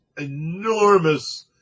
enormous